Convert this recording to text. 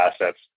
assets